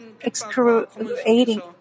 excruciating